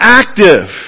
active